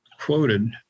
quoted